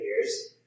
years